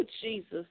Jesus